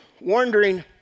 wondering